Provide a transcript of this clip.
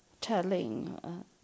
telling